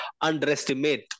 underestimate